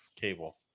cable